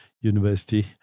University